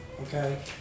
okay